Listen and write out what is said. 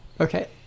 Okay